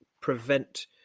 prevent